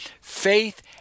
faith